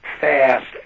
fast